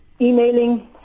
emailing